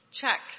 checks